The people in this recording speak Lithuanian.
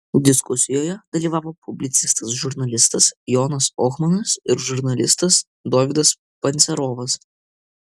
diskusijoje dalyvavo publicistas žurnalistas jonas ohmanas ir žurnalistas dovydas pancerovas